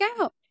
out